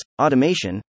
automation